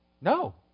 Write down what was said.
No